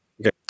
okay